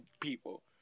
people